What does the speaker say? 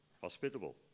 hospitable